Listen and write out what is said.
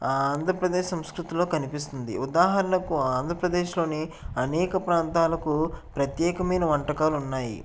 ఆ ఆంధ్రప్రదేశ్ సంస్కృతిలో కనిపిస్తుంది ఉదాహరణకు ఆంధ్రప్రదేశ్లోని అనేక ప్రాంతాలకు ప్రత్యేకమైన వంటకాలు ఉన్నాయి